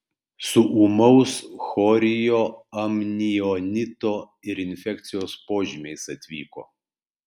su ūmaus chorioamnionito ir infekcijos požymiais atvyko